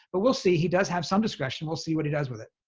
but we'll see. he does have some discretion. we'll see what he does with it.